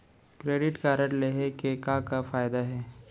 Credit card लेहे के का का फायदा हे?